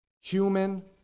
human